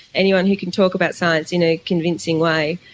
anyone who can talk about science in a convincing way,